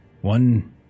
One